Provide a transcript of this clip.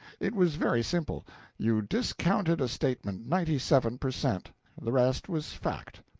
it was very simple you discounted a statement ninety-seven per cent the rest was fact.